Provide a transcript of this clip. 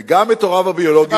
וגם את הוריו הביולוגיים.